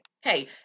Hey